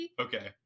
Okay